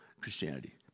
Christianity